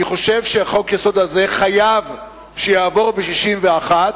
אני חושב שחוק-היסוד הזה חייב לעבור ב-61.